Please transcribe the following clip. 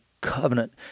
covenant